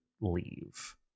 leave